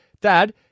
dad